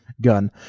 Gun